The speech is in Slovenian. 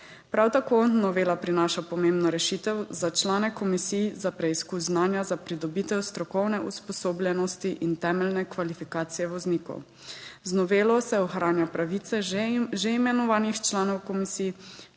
Prav tako novela prinaša pomembno rešitev za člane komisij za preizkus znanja, za pridobitev strokovne usposobljenosti in temeljne kvalifikacije voznikov. 18. TRAK: (SC) – 14.25 (nadaljevanje) Z novelo se ohranja pravice že imenovanih članov komisij,